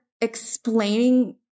explaining